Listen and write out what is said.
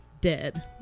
dead